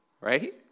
Right